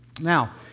Now